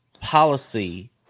policy